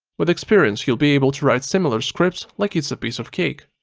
with experience you'll be able to write similar scripts like it's a piece of cake.